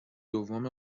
دوم